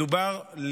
מדובר,